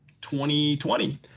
2020